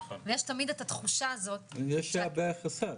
יש גם הרבה חסר,